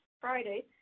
Friday